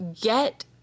get